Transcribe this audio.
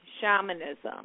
shamanism